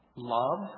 Love